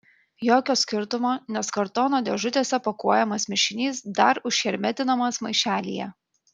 jokio skirtumo nes kartono dėžutėse pakuojamas mišinys dar užhermetinamas maišelyje